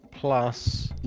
plus